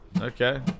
Okay